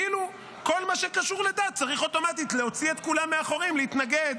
כאילו כל מה שקשור לדת צריך אוטומטית להוציא את כולם מהחורים להתנגד,